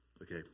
Okay